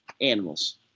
animals